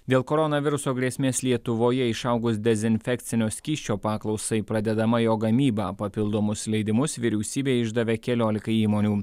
dėl koronaviruso grėsmės lietuvoje išaugus dezinfekcinio skysčio paklausai pradedama jo gamyba papildomus leidimus vyriausybė išdavė keliolikai įmonių